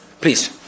Please